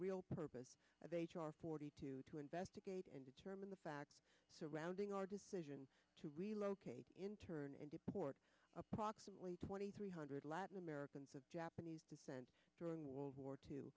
real purpose of h r forty two to investigate and determine the facts surrounding our decision to relocate intern and deport approximately twenty three hundred latin americans of japanese descent during world war two